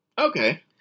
Okay